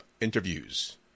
interviews